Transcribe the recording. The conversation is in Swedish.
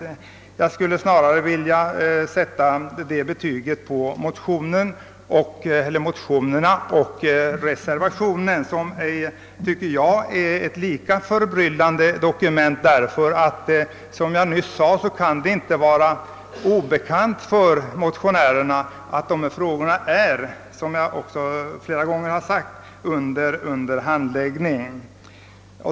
Det betyget skulle jag snarare vilja sätta på motionerna och reservationen. Så som jag nyss sade kan det inte vara obekant för motionärerna att dessa frågor är under handläggning.